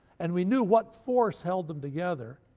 and we knew what force held them together,